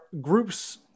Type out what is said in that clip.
groups